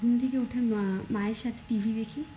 ঘুম থেকে উঠে মা মায়ের সাথে টিভি দেখি